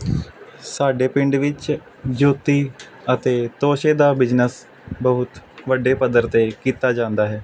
ਸਾਡੇ ਪਿੰਡ ਵਿੱਚ ਜੋਤੀ ਅਤੇ ਤੋਸ਼ੇ ਦਾ ਬਿਜਨਸ ਬਹੁਤ ਵੱਡੇ ਪੱਧਰ 'ਤੇ ਕੀਤਾ ਜਾਂਦਾ ਹੈ